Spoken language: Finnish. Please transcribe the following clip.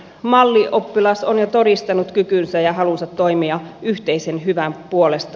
mallioppilas on jo todistanut kykynsä ja halunsa toimia yhteisen hyvän puolesta